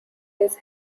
his